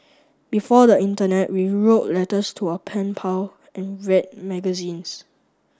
before the internet we wrote letters to our pen pal and read magazines